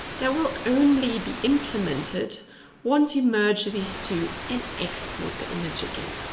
that will only be implemented once you merge these two, and export the image again.